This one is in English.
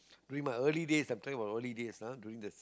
during my early days I'm talking about early days ah during the